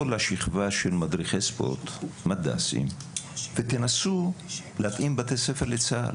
השכבה של מדריכי ספורט ותנסו להתאים בתי ספר לצה"ל.